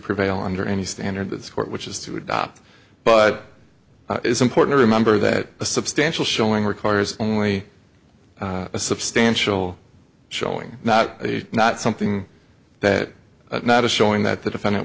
prevail under any standard this court which is to adopt but it's important to remember that a substantial showing requires only a substantial showing not a not something that not a showing that the defendant